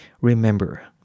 Remember